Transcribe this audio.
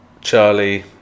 Charlie